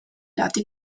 lati